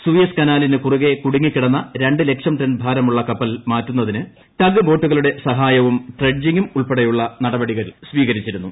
Suez കനാലിന് കുറുകേ കുടുങ്ങിക്കിടന്ന രണ്ട് ലക്ഷം ടൺ ഭാരമുള്ള കപ്പൽ മാറ്റുന്നതിന് ടഗ് ബോട്ടുകളുടെ സഹായവും ഡ്രഡ്ജിങ്ങും ഉൾപ്പെ ടെയുള്ള നടപടികൾ സ്വീകരിച്ചിരുന്നു